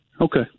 Okay